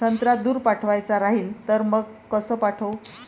संत्रा दूर पाठवायचा राहिन तर मंग कस पाठवू?